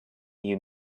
you